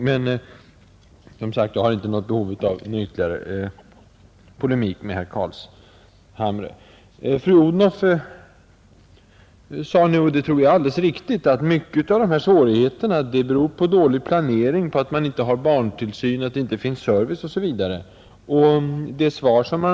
Men som sagt, jag har inte något behov av ytterligare polemik med herr Carlshamre. Fru Odhnoff sade att många av svårigheterna beror på dålig planering, på att man inte har barntillsyn, att det inte finns service osv. Det tror jag är alldeles riktigt.